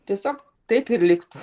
tiesiog taip ir liktų